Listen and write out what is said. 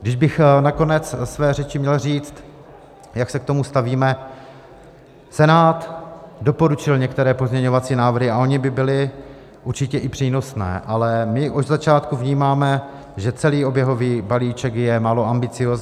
Kdybych na konec své řeči měl říct, jak se k tomu stavíme: Senát doporučil některé pozměňovací návrhy, a ony by byly určitě i přínosné, ale my od začátku vnímáme, že celý oběhový balíček je málo ambiciózní.